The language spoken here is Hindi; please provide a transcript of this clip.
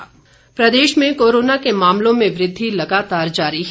हिमाचल कोरोना प्रदेश में कोरोना के मामलों में वृद्धि लगातार जारी है